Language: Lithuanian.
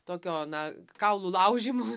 tokio na kaulų laužymų